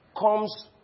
comes